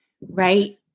right